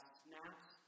snaps